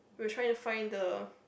were trying to find the